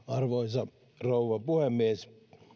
arvoisa rouva puhemies